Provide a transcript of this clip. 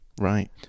Right